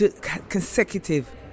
consecutive